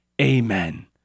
Amen